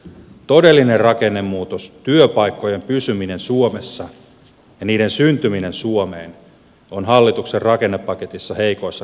todellinen rakennemuutos työpaikkojen pysyminen suomessa ja niiden syntyminen suomeen on hallituksen rakennepaketissa heikoissa kantimissa